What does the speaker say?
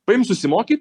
paim susimoki